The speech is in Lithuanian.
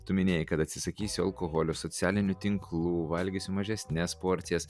tu minėjai kad atsisakysiu alkoholio socialinių tinklų valgysiu mažesnes porcijas